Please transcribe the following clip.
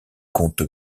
compte